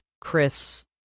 chris